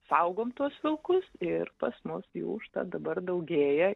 saugom tuos vilkus ir pas mus jų užtat dabar daugėja